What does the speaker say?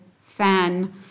fan